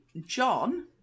John